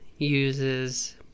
uses